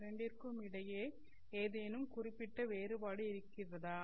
இரண்டிற்கும் இடையே ஏதேனும் குறிப்பிட்ட வேறுபாடு இருக்கிறதா